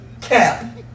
cap